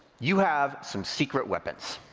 you have some secret weapons.